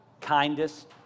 kindest